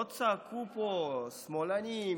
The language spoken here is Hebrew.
לא צעקו פה שמאלנים,